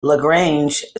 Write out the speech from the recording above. lagrange